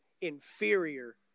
inferior